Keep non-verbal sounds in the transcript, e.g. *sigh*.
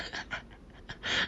*laughs*